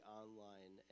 online